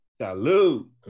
Salute